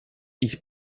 ich